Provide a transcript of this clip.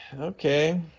Okay